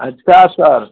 अच्छा सर